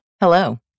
Hello